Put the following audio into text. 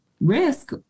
risk